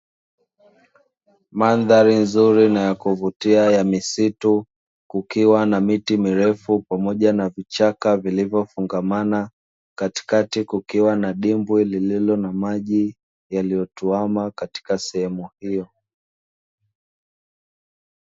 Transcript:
Mandhari nzuri na ya kuvutia ya misitu, kukiwa na miti mirefu pamoja na vichaka vilivyofungamana, katikati kukiwa na dimbwi lililo na maji yaliyotuama katika sehemu hiyo.